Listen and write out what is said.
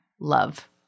love